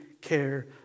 care